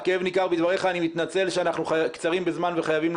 אני מתנצל שאנחנו קצרים בזמן וחייבים לסיים.